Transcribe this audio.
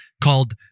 called